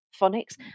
phonics